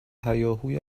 هیاهوی